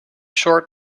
short